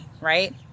right